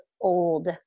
old